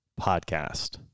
podcast